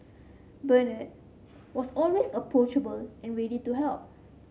Bernard was always approachable and ready to help